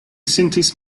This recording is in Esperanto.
sentis